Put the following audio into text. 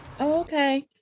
okay